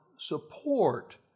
support